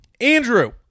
Andrew